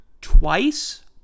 twice